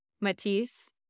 Matisse